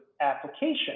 application